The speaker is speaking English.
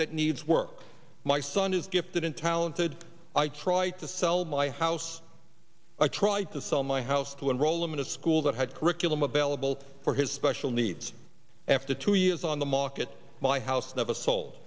that needs work my son is gifted and talented i try to sell my house i tried to sell my house to enroll him in a school that had curriculum available for his special needs after two years on the market my house never sold